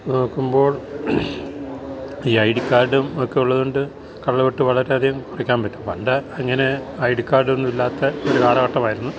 നോക്ക്മ്പോൾ ഈ ഐഡിക്കാഡും ഒക്കെ ഒള്ളത് കൊണ്ട് കള്ള വോട്ട് വളരെയധികം കൊറയ്ക്കാമ്പറ്റും പണ്ട് അങ്ങനെ ഐഡിക്കാഡൊന്നുവില്ലാത്ത ഒര് കാലഘട്ടമായിര്ന്നു